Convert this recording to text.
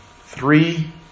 three